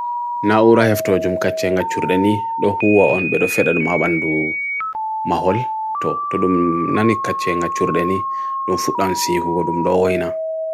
Na urah eftu wajum kachen gachur deni, doh huwa onbedo feda dum awandu mahol, toh dum nani kachen gachur deni dum futdansi huwa dum dohina.